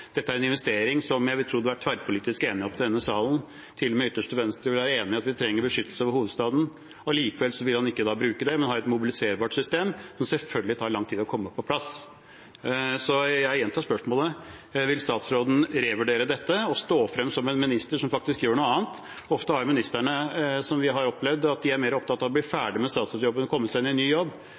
Dette er en investering som jeg vil tro det er tverrpolitisk enighet om i denne salen – til og med ytterste venstre ville være enig i at vi trenger beskyttelse over hovedstaden. Likevel vil han ikke bruke det, men ha et mobilt system, som selvfølgelig tar lang tid å få på plass. Så jeg gjentar spørsmålet: Vil statsråden revurdere dette og stå fram som en minister som faktisk gjør noe annet? Ofte har vi opplevd at ministre er mer opptatt av å bli ferdige med statsrådsjobben og komme seg i ny jobb.